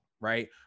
right